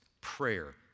prayer